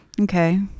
Okay